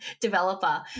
developer